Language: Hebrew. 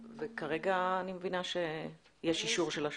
כרגע אני מבינה שיש אישור של השב"כ.